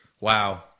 Wow